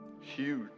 huge